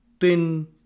thin